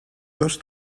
dos